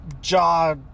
jaw